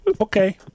Okay